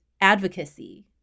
advocacy